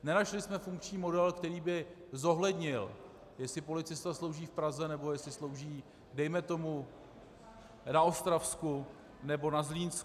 Nenašli jsme funkční model, který by zohlednil, jestli policista slouží v Praze, nebo jestli slouží dejme tomu na Ostravsku nebo na Zlínsku.